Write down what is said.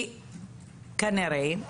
כי כנראה,